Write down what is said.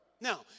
Now